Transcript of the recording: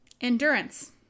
Endurance